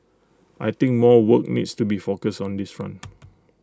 I think more work needs to be focused on this front